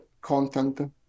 content